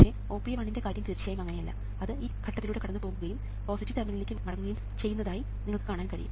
പക്ഷേ OPA1 ന്റെ കാര്യം തീർച്ചയായും അങ്ങനെയല്ല അത് ഈ ഘട്ടത്തിലൂടെ കടന്നുപോകുകയും പോസിറ്റീവ് ടെർമിനലിലേക്ക് മടങ്ങുകയും ചെയ്യുന്നതായി നിങ്ങൾക്ക് കാണാൻ കഴിയും